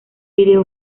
vídeo